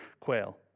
quail